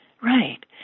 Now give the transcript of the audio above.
right